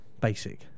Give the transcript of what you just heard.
basic